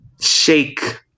shake